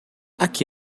aqui